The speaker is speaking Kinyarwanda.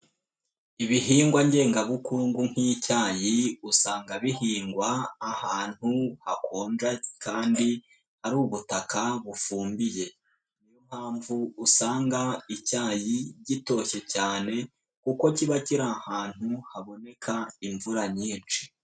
Ibihingwa ngenga bukungu nk'icyayi usanga bihingwa ahantu hakonja kandi hari ubutaka bufumbiye, niyo mpamvu usanga icyayi gitoshye cyane kuko kiba kiri ahantu haboneka imvura nyinshi.